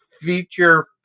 feature